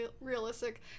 realistic